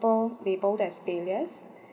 people labelled as failures